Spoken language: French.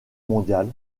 mondiale